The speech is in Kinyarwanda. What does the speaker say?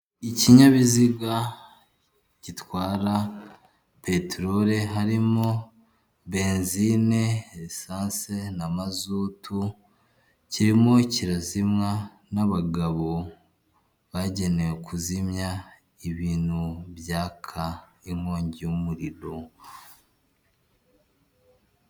Ikinyabiziga gitwara peteroli harimo benzine, esanse na mazutu kirimo kirazimwa n'abagabo bagenewe kuzimya ibintu byaka inkongi y'umuriro.